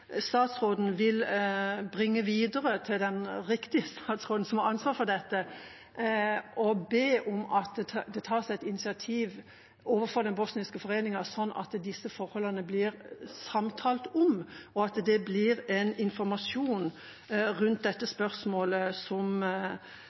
statsråden vil bringe beskjed videre til den statsråden som har ansvar for dette, og be om at det tas et initiativ overfor den bosniske foreningen, slik at det blir samtalt om disse forholdene, og at det kommer informasjon om dette